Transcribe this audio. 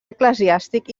eclesiàstic